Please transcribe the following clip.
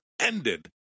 ended